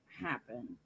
happen